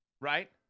right